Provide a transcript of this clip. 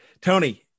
tony